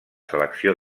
selecció